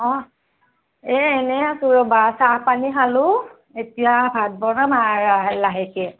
অ এই এনে আছোঁ ৰ'বা চাহপানী খালোঁ এতিয়া ভাত বঢ়াম আ লাহেকৈ